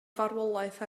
farwolaeth